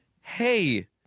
hey